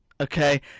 okay